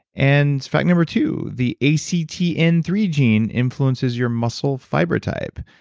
and fact number two the a c t n three gene influences your muscle fiber type.